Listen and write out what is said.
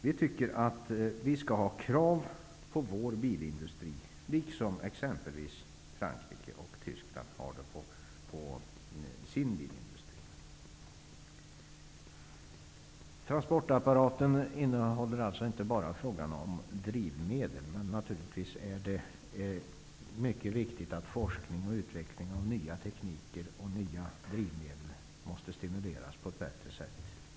Det skall alltså ställas krav på vår bilindustri likaväl som man gör exempelvis i Frankrike och Tyskland på den egna bilindustrin där. Inom transportapparaten är det alltså inte bara drivmedlen som berörs, men det är naturligtvis mycket viktigt att forskning och utveckling av nya drivmedel och nya tekniker stimuleras på ett bättre sätt än i dag.